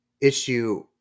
issue